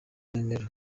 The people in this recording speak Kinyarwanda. nomero